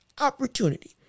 opportunity